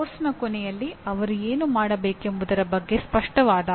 ಮೂರನೇಯ ಪಾಠವು ಸೂಚನೆ ಗೆ ಸಂಬಂಧಿಸಿದೆ